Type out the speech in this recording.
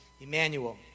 Emmanuel